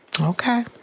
Okay